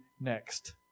next